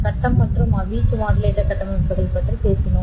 கட்டம் மற்றும் வீச்சு மாடுலேட்டர் கட்டமைப்புகள் பற்றி பேசினோம்